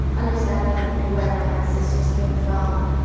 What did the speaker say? understanding where my ancestors came from.